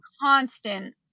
constant